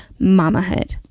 MAMAHOOD